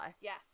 yes